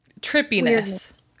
trippiness